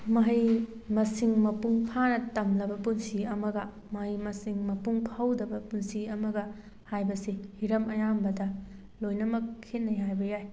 ꯃꯍꯩ ꯃꯁꯤꯡ ꯃꯄꯨꯡ ꯐꯥꯅ ꯇꯝꯂꯕ ꯄꯨꯟꯁꯤ ꯑꯃꯒ ꯃꯍꯩ ꯃꯁꯤꯡ ꯃꯄꯨꯡ ꯐꯥꯍꯧꯗꯕ ꯄꯨꯟꯁꯤ ꯑꯃꯒ ꯍꯥꯏꯕꯁꯦ ꯍꯤꯔꯝ ꯑꯌꯥꯝꯕꯗ ꯂꯣꯏꯅꯃꯛ ꯈꯦꯠꯅꯩ ꯍꯥꯏꯕ ꯌꯥꯏ